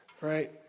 Right